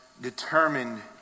determined